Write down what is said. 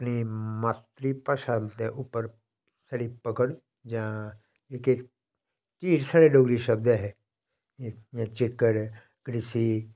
अपनी मातृभाशा दे उप्पर साढ़ी पकड़ जां साढ़ा डोगरी दा शब्द ऐ एह् जि'यां चिक्कड़ ऐ कड़ीसी